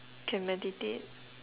can meditate